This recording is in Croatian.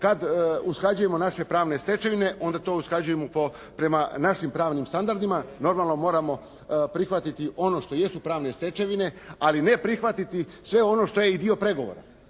kad usklađujemo naše pravne stečevine onda to usklađujemo prema našim pravnim standardima. Normalno moramo prihvatiti ono što jesu pravne stečevine, ali ne prihvatiti sve ono što je i dio pregovora,